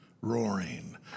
roaring